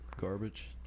garbage